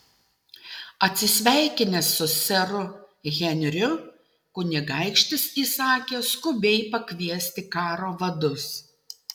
atsisveikinęs su seru henriu kunigaikštis įsakė skubiai pakviesti karo vadus